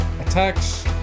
attacks